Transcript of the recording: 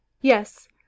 yes